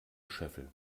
scheffeln